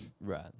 Right